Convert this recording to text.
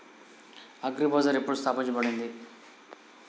Agri Bazaar ఎప్పుడు స్థాపించబడింది?